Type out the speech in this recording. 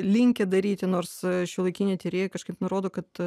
linkę daryti nors šiuolaikiniai tyrėjai kažkaip nurodo kad